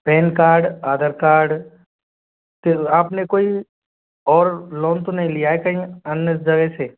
pen card Aadhaar card फिर आपने कोई और लोन तो नहीं लिया है कहीं अन्य जगह से